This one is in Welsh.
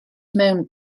mewn